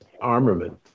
armament